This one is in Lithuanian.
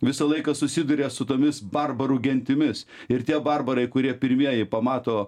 visą laiką susiduria su tomis barbarų gentimis ir tie barbarai kurie pirmieji pamato